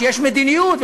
שיש מדיניות,